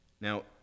Now